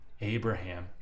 Abraham